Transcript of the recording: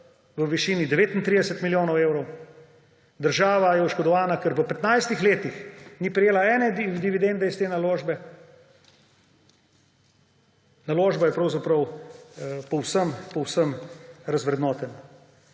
v višini 39 milijonov evrov. Država je oškodovana, ker v 15 letih ni prejela ene dividende iz te naložbe, naložba je pravzaprav povsem povsem razvrednotena.